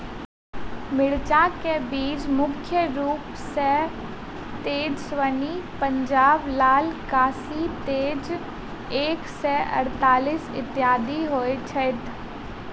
मिर्चा केँ बीज मुख्य रूप सँ तेजस्वनी, पंजाब लाल, काशी तेज एक सै अड़तालीस, इत्यादि होए छैथ?